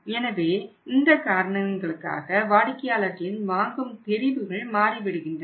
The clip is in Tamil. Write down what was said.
எனவே இந்த காரணங்களுக்காக வாடிக்கையாளர்களின் வாங்கும் தெரிவுகள் மாறிவிடுகின்றன